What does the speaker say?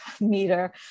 meter